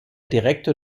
direktor